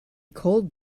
cold